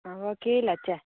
आं केह् लैचे